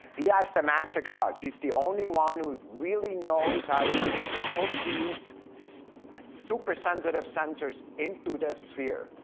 he has the magic touch, he's the only one who really knows how to put these so super sensitive sensors into the sphere.